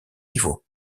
niveau